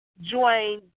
join